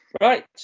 Right